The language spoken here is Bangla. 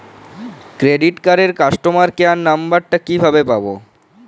ক্রেডিট কার্ডের কাস্টমার কেয়ার নম্বর টা কিভাবে পাবো?